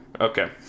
Okay